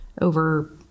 over